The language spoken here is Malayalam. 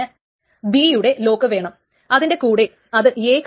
കാരണം ഇവിടെയുള്ള ആശയം എന്തെന്നാൽ T എഴുതുവാൻ ശ്രമിക്കുന്നത് ഒപ്പ്സല്യൂട്ട് മൂല്യം ആണ്